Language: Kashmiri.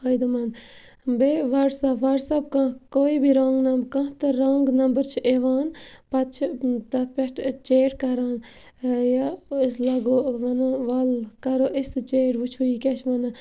فٲیدٕ مَند بیٚیہِ وَٹسپ وٹسپ کانٛہہ کویی بھی رانٛگ نَم کانٛہہ تہِ رانٛگ نمبر چھِ یِوان پَتہٕ چھِ تَتھ پٮ۪ٹھ چیٹ کَران یہِ أسۍ لاگو وَنو وَل کَرو أسۍ تہِ چیٹ وٕچھو یہِ کیٛاہ چھِ وَنان